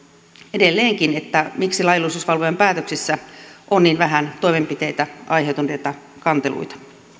edelleenkin miksi laillisuusvalvojan päätöksissä on niin vähän toimenpiteitä aiheuttaneita kanteluita